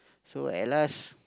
so at last